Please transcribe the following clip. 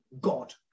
God